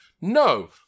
No